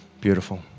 Beautiful